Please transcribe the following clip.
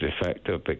effective